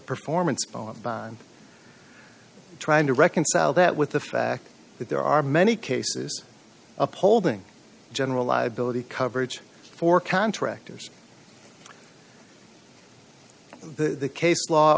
performance bond trying to reconcile that with the fact that there are many cases upholding general liability coverage for contractors the case law